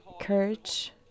courage